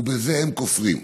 ובזה אין כופרים.